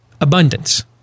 abundance